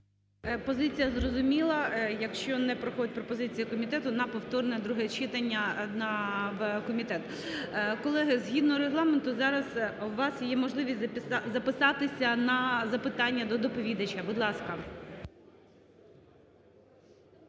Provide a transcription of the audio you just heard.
Позиція зрозуміла. Якщо не проходить пропозиція комітету, на повторне друге читання в комітет. Колеги, згідно Регламенту зараз у вас є можливість записатися на запитання до доповідача. Будь ласка.